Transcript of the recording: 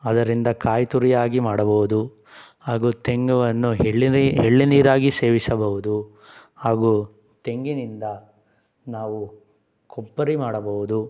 ಅದರಿಂದ ಕಾಯಿತುರಿಯಾಗಿ ಮಾಡಬಹುದು ಹಾಗೂ ತೆಂಗುವನ್ನು ಹೆಳ್ಳಿನೀ ಎಳನೀರಾಗಿ ಸೇವಿಸಬಹುದು ಹಾಗೂ ತೆಂಗಿನಿಂದ ನಾವು ಕೊಬ್ಬರಿ ಮಾಡಬಹುದು